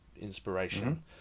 inspiration